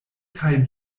kaj